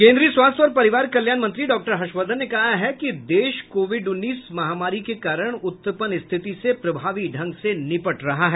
केंद्रीय स्वास्थ्य और परिवार कल्याण मंत्री डॉक्टर हर्षवर्धन ने कहा है कि देश कोविड उन्नीस महामारी के कारण उत्पन्न स्थिति से प्रभावी ढंग से निपट रहा है